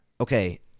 Okay